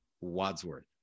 Wadsworth